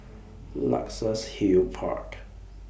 Luxus Hill Park